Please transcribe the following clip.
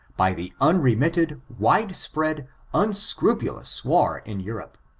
by the unremitted, wide-spread, unscrupulous war in europe,